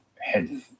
head